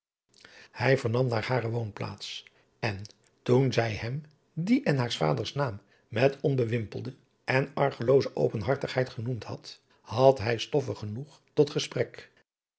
hij vernam naar hare woonplaats en toen zij hem die en haars vaders naam met onbewimpelde en argelooze openhartigheid genoemd had had hij stoffe genoeg tot gesprek